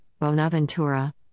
Bonaventura